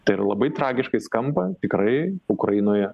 tai yra labai tragiškai skamba tikrai ukrainoje